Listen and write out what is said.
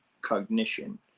cognition